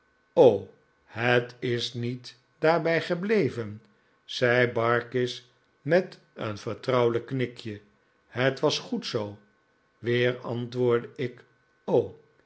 het is niet daarbij gebleven zei barkis met een vertrouwelijk knikje het was goed zoo weer antwoordde ik